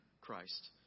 Christ